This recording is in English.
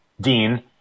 Dean